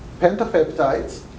pentapeptides